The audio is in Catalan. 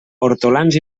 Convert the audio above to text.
hortolans